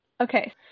Okay